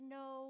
no